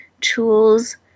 tools